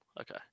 Okay